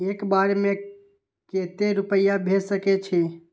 एक बार में केते रूपया भेज सके छी?